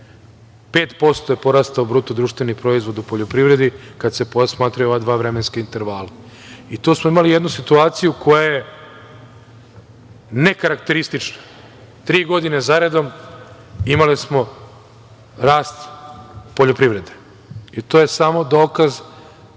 5% je porastao BDP u poljoprivredi kad se posmatraju ova dva vremenska intervala. I to smo imali jednu situaciju koja je nekarakteristična - tri godine zaredom imali smo rast poljoprivrede. To je samo dokaz